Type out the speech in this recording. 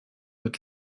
mit